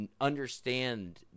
understand